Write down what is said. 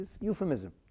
euphemism